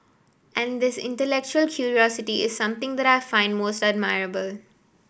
and this intellectual curiosity is something that I find most admirable